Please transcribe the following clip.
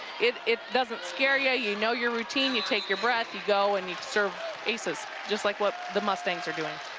it it doesn't scare yeah you, you know yourroutine, you take your breath, you go, and you serve aces just like what the mustangs are doing.